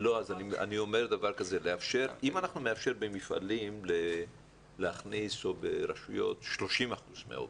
אם אנחנו נאפשר במפעלים או ברשויות להכניס 30 אחוזים מהעובדים,